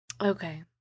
Okay